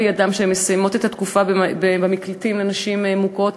להן כשהן מסיימות את התקופה במקלטים לנשים מוכות.